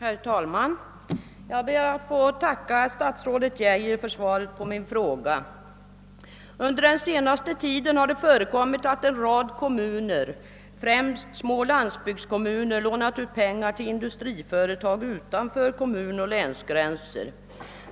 Herr talman! Jag ber att få tacka statsrådet Geijer för svaret på min fråga. Under den senaste tiden har det före kommit att en rad kommuner, främst små landsbygdskommuner, lånat ut pengar till industriföretag utanför kommunoch länsgränser.